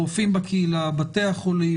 הרופאים בקהילה בתי החולים,